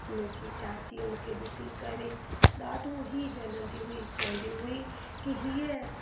मुंहिंजी चाचीअ मूंखे ॾिसी करे ॾाढो ई जलंदी हुई चवंदी हुई कि हीअं